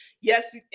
Yes